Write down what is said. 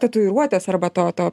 tatuiruotės arba to to